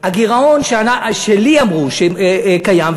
הגירעון שלי אמרו שקיים,